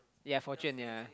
yeah fortune yeah